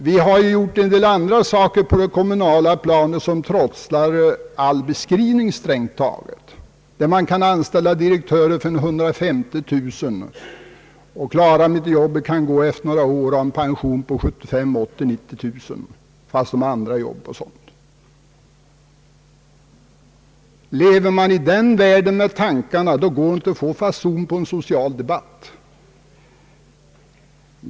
Det förekommer ju en del andra saker på det kommunala planet som trotsar all beskrivning strängt taget. Man kan där anställa direktörer med en årslön av 150 000 kronor. Om de inte . klarar arbetet, får de gå efter några år med en pension på 75 000, 80 000 eller 90 000 kronor om året, fastän de kanske har andra arbeten. Lever vi i den världen med tankarna, går det inte att få fason på en social debatt.